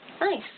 Nice